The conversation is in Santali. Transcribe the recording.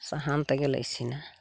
ᱥᱟᱦᱟᱱ ᱛᱮᱜᱮᱞᱮ ᱤᱥᱤᱱᱟ